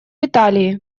италии